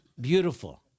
beautiful